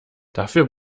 dafür